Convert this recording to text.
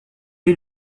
est